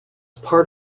part